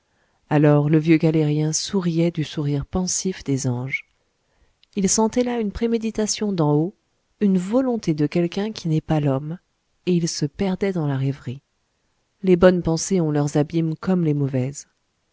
alors le vieux galérien souriait du sourire pensif des anges il sentait là une préméditation d'en haut une volonté de quelqu'un qui n'est pas l'homme et il se perdait dans la rêverie les bonnes pensées ont leurs abîmes comme les mauvaises